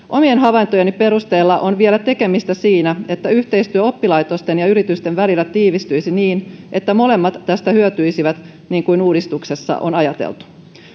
omien havaintojeni perusteella on vielä tekemistä siinä että yhteistyö oppilaitosten ja yritysten välillä tiivistyisi niin että molemmat tästä hyötyisivät niin kuin uudistuksessa on ajateltu